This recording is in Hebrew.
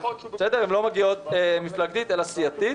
לא מגיעות מפלגתית אלא סיעתית.